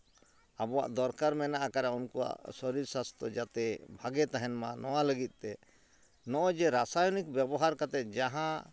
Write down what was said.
ᱟᱵᱚᱣᱟᱜ ᱫᱚᱨᱠᱟᱨ ᱢᱮᱱᱟᱜ ᱟᱠᱟᱫᱼᱟ ᱩᱱᱠᱩᱣᱟᱜ ᱥᱚᱨᱤᱨ ᱥᱟᱥᱛᱷᱚ ᱡᱟᱛᱮ ᱵᱷᱟᱜᱮ ᱛᱟᱦᱮᱱ ᱢᱟ ᱱᱚᱣᱟ ᱞᱟᱹᱜᱤᱫ ᱛᱮ ᱱᱚᱜᱼᱚᱭ ᱡᱮ ᱨᱟᱥᱟᱭᱚᱱᱤᱠ ᱵᱮᱵᱚᱦᱟᱨ ᱠᱟᱛᱮ ᱡᱟᱦᱟᱸ